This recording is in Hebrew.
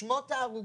שמות ההרוגים: